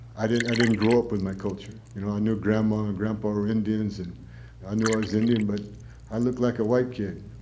i didn't didn't grow up with my culture. you know i knew grandma and grandpa were indians, and i knew i was indian, but i looked like a white kid.